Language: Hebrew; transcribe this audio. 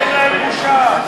אין להם בושה.